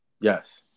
Yes